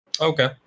Okay